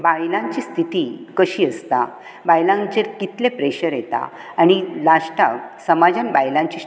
बायलांची स्थिती कशी आसता बायलांचेर कितलें प्रेशर येता आनी लास्टाक समाजान बायलांचेर